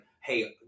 hey